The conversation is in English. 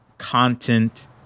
content